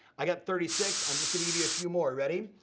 i got thirty six, i'm just gonna give you a few more, ready?